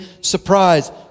surprise